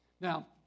Now